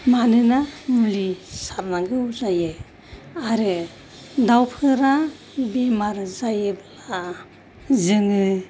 मानोना मुलि सारनांगो जायो आरो दाउफोरा बेमार जायोब्ला जोङो